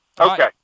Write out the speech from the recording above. Okay